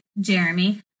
Jeremy